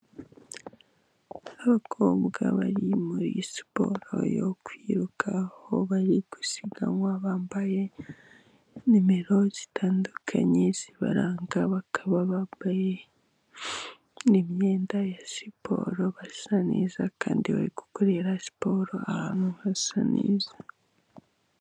Abakobwa bari muri siporo yo kwiruka, aho bari gusiganwa bambaye nimero zitandukanye zibaranga, bakaba bambaye imyenda ya siporo, basa neza kandi bari gukorera siporo ahantu hasa neza.